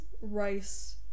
rice